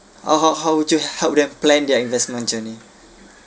how how how would you help them plan their investment journey